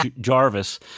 Jarvis